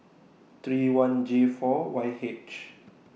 three one J four Y H